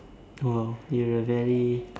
oh you're a very